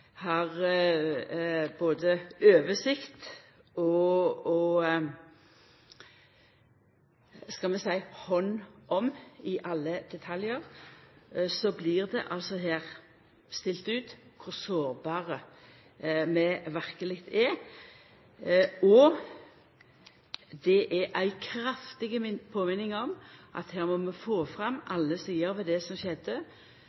både oversikt over og – skal vi seia – kan ta hand om i alle detaljar, blir det her stilt ut kor sårbare vi verkeleg er. Det er ei kraftig påminning om at vi må få fram